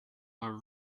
our